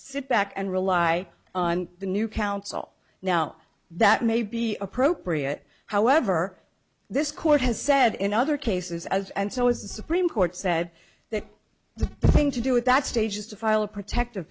sit back and rely on the new counsel now that may be appropriate however this court has said in other cases as and so as the supreme court said that the thing to do with that stage is to file a protective